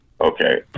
Okay